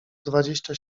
dwadzieścia